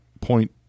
point